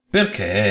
Perché